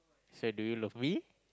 so do you love me